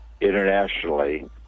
internationally